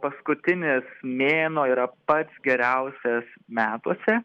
paskutinis mėnuo yra pats geriausias metuose